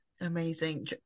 Amazing